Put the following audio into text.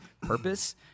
purpose